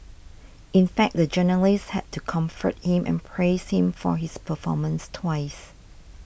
in fact the journalist had to comfort him and praise him for his performance twice